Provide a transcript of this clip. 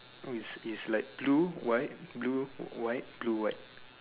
oh it's it's like blue white blue white blue white